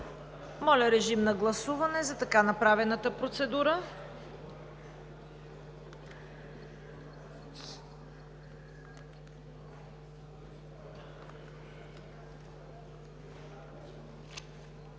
Моля, режим на гласуване за така направената процедура.